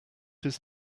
his